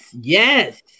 Yes